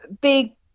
big